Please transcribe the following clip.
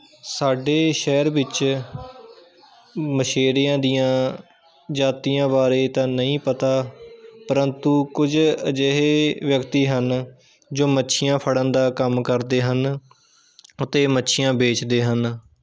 ਸਾਡੇ ਸ਼ਹਿਰ ਵਿੱਚ ਮਛੇਰਿਆਂ ਦੀਆਂ ਜਾਤੀਆਂ ਬਾਰੇ ਤਾਂ ਨਹੀਂ ਪਤਾ ਪ੍ਰੰਤੂ ਕੁਝ ਅਜਿਹੇ ਵਿਅਕਤੀ ਹਨ ਜੋ ਮੱਛੀਆਂ ਫੜਨ ਦਾ ਕੰਮ ਕਰਦੇ ਹਨ ਅਤੇ ਮੱਛੀਆਂ ਵੇਚਦੇ ਹਨ